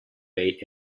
bay